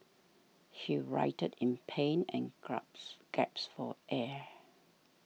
he writhed in pain and grabs gasped for air